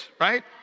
right